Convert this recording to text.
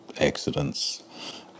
accidents